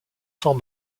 sans